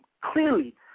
clearly